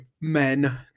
men